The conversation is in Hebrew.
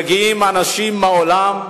מגיעים אנשים מהעולם,